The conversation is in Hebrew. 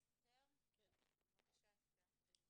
בבקשה, אסתר.